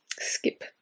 skip